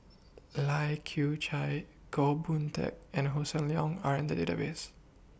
Lai Kew Chai Goh Boon Teck and Hossan Leong Are in The Database